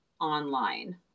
online